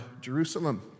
Jerusalem